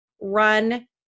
run